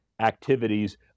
activities